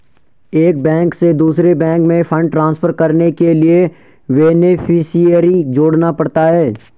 एक बैंक से दूसरे बैंक में फण्ड ट्रांसफर करने के लिए बेनेफिसियरी जोड़ना पड़ता है